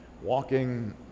Walking